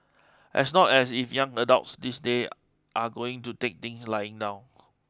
as not as if young adults these days are going to take things lying down